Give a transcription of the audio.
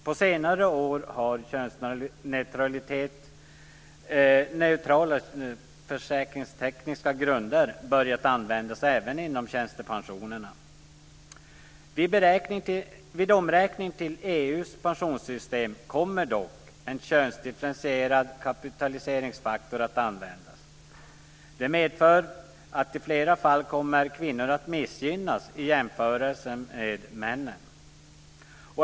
På senare år har könsneutrala försäkringstekniska grunder börjat användas även inom tjänstepensionerna. Vid omräkning till EU:s pensionssystem kommer dock en könsdifferentierad kapitaliseringsfaktor att användas. Det medför att kvinnor i flera fall kommer att missgynnas i jämförelse med männen.